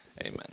Amen